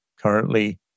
currently